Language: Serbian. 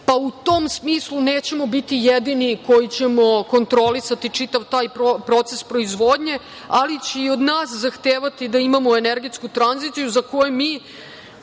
pa u tom smislu nećemo biti jedini koji ćemo kontrolisati čitav taj proces proizvodnje, ali će i od nas zahtevati da imamo energetsku tranziciju, za koju mi